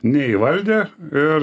neįvaldė ir